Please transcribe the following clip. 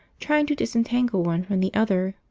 trying to disentangle, one from the other,